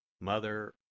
Mother